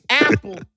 Apple